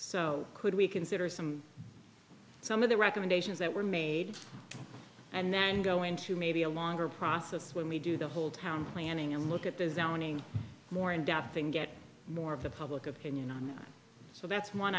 so could we consider some some of the recommendations that were made and then go into maybe a longer process when we do the whole town planning and look at the zoning more in depth and get more of the public opinion on so that's one